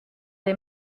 des